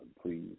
please